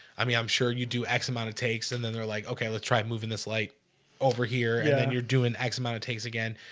i mean, i'm sure you do x amount of takes and then they're like, okay let's try moving this light over here yeah and you're doing x amount of takes again